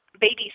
baby